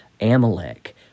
Amalek